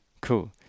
cool